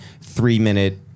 three-minute